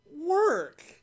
work